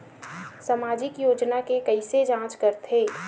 सामाजिक योजना के कइसे जांच करथे?